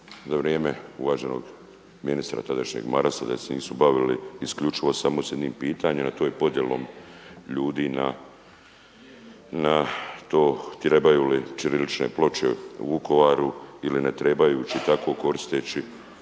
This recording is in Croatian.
uvaženog ministra tadašnjeg Marasa, da se nisu bavili isključivo samo sa jednim pitanjem a to je podjelom ljudi na to trebaju li ćirilične ploče u Vukovaru ili ne trebaju i tako koristeći